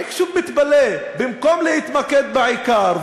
אני פשוט מתפלא: במקום להתמקד בעיקר,